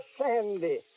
Sandy